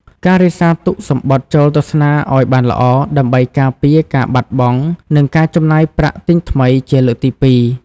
ការរក្សាទុកសំបុត្រចូលទស្សនាឱ្យបានល្អ ដើម្បីការពារការបាត់បង់ និងការចំណាយប្រាក់ទិញថ្មីជាលើកទីពីរ។